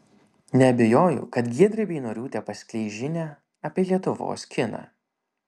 neabejoju kad giedrė beinoriūtė paskleis žinią apie lietuvos kiną